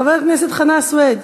חבר הכנסת חנא סוייד,